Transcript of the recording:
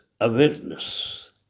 awareness